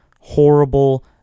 horrible